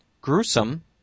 gruesome